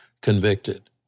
convicted